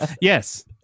Yes